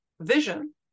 vision